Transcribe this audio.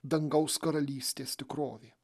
dangaus karalystės tikrovė